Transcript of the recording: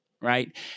right